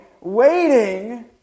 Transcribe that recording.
waiting